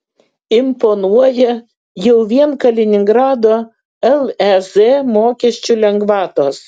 imponuoja jau vien kaliningrado lez mokesčių lengvatos